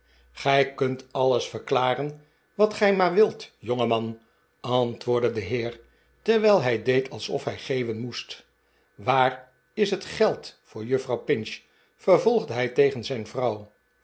gij kunt alles verklaren wat gij maar wilt jongeman antwoordde de heer terwijl hij deed alspf hij geeuwen moest waar is het geld voor juffrouw pinch vervolgde hij tegen zijn vrouw